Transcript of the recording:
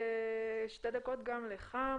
שתי דקות גם לך.